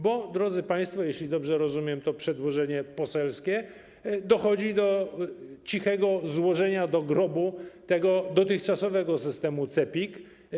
Bo drodzy państwo, jeśli dobrze rozumiem to przedłożenie poselskie, dochodzi do cichego złożenia do grobu dotychczasowego systemu CEPiK.